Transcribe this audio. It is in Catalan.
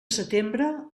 setembre